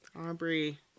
Aubrey